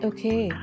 Okay